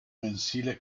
mensile